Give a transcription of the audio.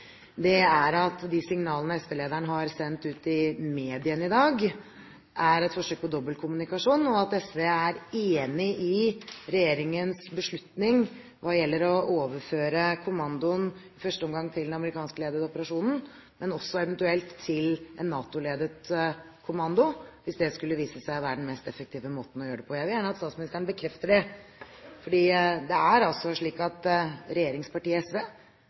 sier, er at de signalene SV-lederen har sendt ut i mediene i dag, er et forsøk på dobbeltkommunikasjon, og at SV er enig i regjeringens beslutning hva gjelder å overføre kommandoen i første omgang til den amerikanskledede operasjonen, men også eventuelt til en NATO-ledet kommando hvis det skulle vise seg å være den mest effektive måten å gjøre det på. Jeg vil gjerne at statsministeren bekrefter det, fordi det er altså slik at regjeringspartiet SV